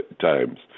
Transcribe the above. times